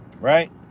Right